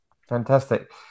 Fantastic